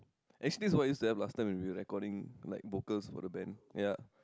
actually this is what we used to have last time when we were recording like vocals for the band ya